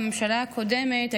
בממשלת הקודמת,